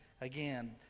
again